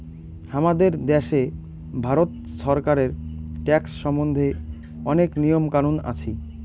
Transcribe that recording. হামাদের দ্যাশে ভারত ছরকারের ট্যাক্স সম্বন্ধে অনেক নিয়ম কানুন আছি